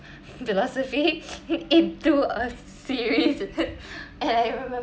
philosophy into a series and I remember